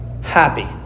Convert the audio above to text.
happy